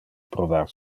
provar